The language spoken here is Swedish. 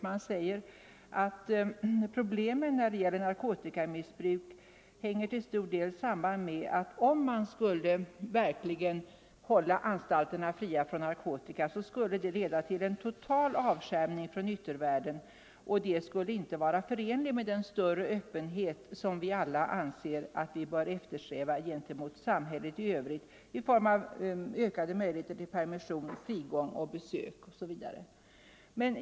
Man säger att problemet när det gäller narkotikamissbruk till stor del hänger samman med att man för att verkligen hålla anstalterna fria från narkotika skulle tvinga de intagna till total avskärmning från yttervärlden och det skulle inte vara förenligt med den större öppenhet gentemot samhället i övrigt, som vi alla anser bör eftersträvas, i form av ökade möjligheter till permission, frigång och besök.